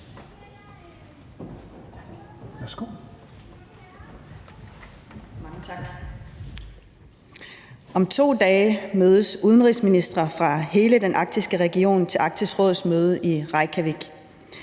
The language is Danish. Om 2 dage mødes udenrigsministre fra hele den arktiske region til Arktisk Råds møde i Reykjavik.